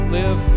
live